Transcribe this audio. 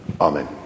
Amen